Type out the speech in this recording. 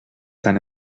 tant